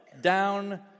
down